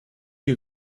you